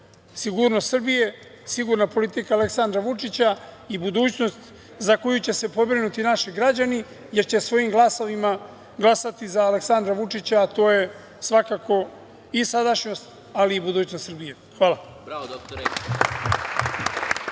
sigurnost Srbije, sigurna politika Aleksandra Vučića i budućnost za koju će se pobrinuti naši građani jer će svojim glasovima glasati za Aleksandra Vučića, a to je svakako i sadašnjost, ali i budućnost Srbije. Hvala.